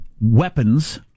Weapons